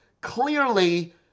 clearly